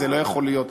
זה לא יכול להיות.